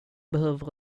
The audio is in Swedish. behöver